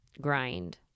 grind